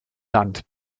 land